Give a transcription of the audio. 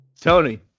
Tony